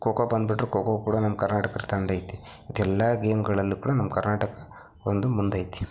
ಖೋಖೋ ಬಂದ್ಬಿಟ್ರೆ ಖೋಖೋ ಕೂಡ ನಮ್ಮ ಕರ್ನಾಟಕದ ತಂಡ ಐತೆ ಇದೆಲ್ಲ ಗೇಮ್ಗಳಲ್ಲೂ ಕೂಡ ನಮ್ಮ ಕರ್ನಾಟಕ ಒಂದು ಮುಂದೆ ಐತೆ